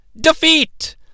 Defeat